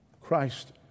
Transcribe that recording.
Christ